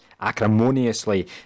acrimoniously